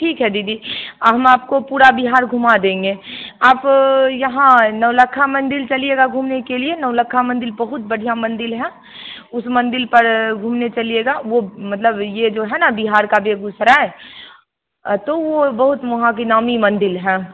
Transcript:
ठीक है दीदी हम आपको पूरा बिहार घूमा देंगे आप यहाँ नौलक्खा मंदिर चलिएगा घूमने के लिए नौलक्खा मंदिर बहुत बढ़िया मंदिर है उस मंदिर पर घूमने चलिएगा वो मतलब यह जो है ना बिहार का बेगूसराय तो वह बहुत मुहागी नामी मंदिर है